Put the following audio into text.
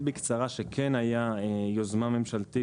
אבל אני כן אגיד בקצרה שהייתה יוזמה ממשלתית